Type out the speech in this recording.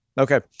Okay